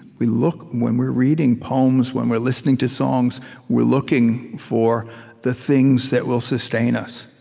we look when we're reading poems, when we're listening to songs we're looking for the things that will sustain us.